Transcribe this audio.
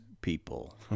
people